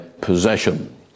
possession